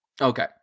Okay